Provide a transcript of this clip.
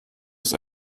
ist